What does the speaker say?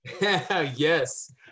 Yes